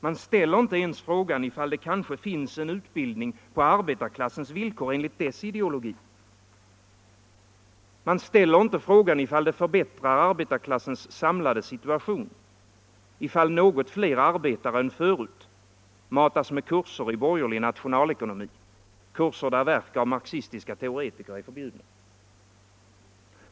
Man ställer inte ens frågan ifall det kanske finns en utbildning på arbetarklassens villkor, enligt dess ideologi. Man ställer inte frågan ifall det förbättrar arbetarklassens samlade situation, om något fler arbetare än förut matas med kurser i borgerlig nationalekonomi, kurser där verk av marxistiska teoretiker är förbjudna.